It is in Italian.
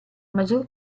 maggior